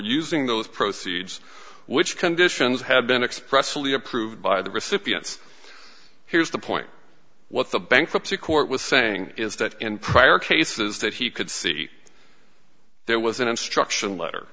using those proceeds which conditions had been expressly approved by the recipients here's the point what the bankruptcy court was saying is that in prior cases that he could see there was an obstruction letter